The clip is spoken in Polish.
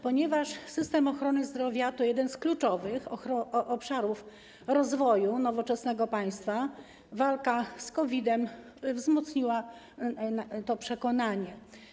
Ponieważ system ochrony zdrowia to jeden z kluczowych obszarów rozwoju nowoczesnego państwa, walka z COVID-em wzmocniła to przekonanie.